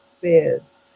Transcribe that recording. fears